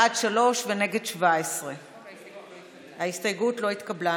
בעד, שלושה, נגד 17. ההסתייגות לא התקבלה.